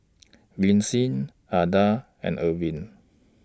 Lynsey Adah and Arvel